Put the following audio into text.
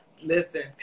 Listen